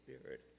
Spirit